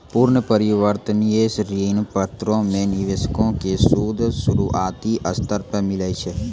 पूर्ण परिवर्तनीय ऋण पत्रो मे निवेशको के सूद शुरुआती स्तर पे मिलै छै